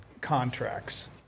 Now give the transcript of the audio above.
contracts